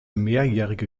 mehrjährige